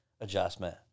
adjustment